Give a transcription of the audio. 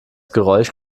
geräusch